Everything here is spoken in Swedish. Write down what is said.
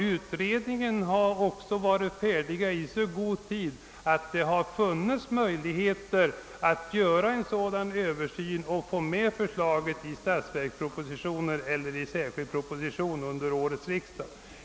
Utredningen har varit färdig i så god tid att det funnits möjligheter att göra en sådan översyn och få med förslaget i statsverkspropositionen eller någon särskild proposition till årets riksdag.